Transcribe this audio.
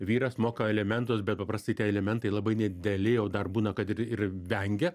vyras moka alimentus bet paprastai tie alimentai labai nedideli o dar būna kad ir ir vengia